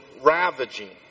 ravaging